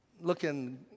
looking